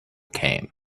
came